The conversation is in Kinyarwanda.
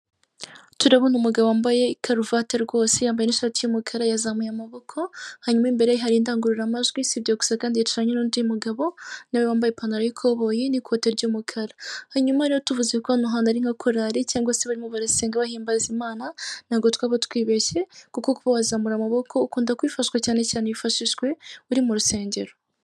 Turabona umugabo wambaye ikaruvati rwose yambaye n'ishati y'umukara yazamuye amaboko, hanyuma imbere ye hari indangururamajwi si byo gusa kandi yicaranye n'undi mugabo nawe wambaye ipantaro y'ikoboyi nikote ry'umukara hanyuma rero tuvuze ko hano hantu ari nka korali, cyangwa se barimo barasenga bahimbaza Imana ntabwo twaba twibeshye, kuko ko wazamura amaboko ukunda kwifatwa cyane cyane wifashishwe muri mu rusengero.